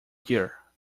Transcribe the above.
dear